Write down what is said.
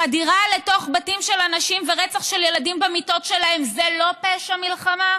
חדירה לתוך בתים של אנשים ורצח של ילדים במיטות שלהם זה לא פשע מלחמה?